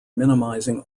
minimizing